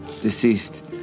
deceased